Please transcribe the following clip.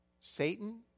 Satan